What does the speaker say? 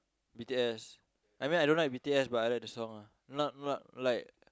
B_T_S I mean I don't like B_T_S but I like the song ah not not like